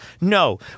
No